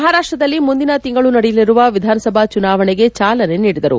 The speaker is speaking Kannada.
ಮಪಾರಾಷ್ವದಲ್ಲಿ ಮುಂದಿನ ತಿಂಗಳು ನಡೆಯಲಿರುವ ವಿಧಾನಸಭಾ ಚುನಾವಣೆಗೆ ಚಾಲನೆ ನೀಡಿದರು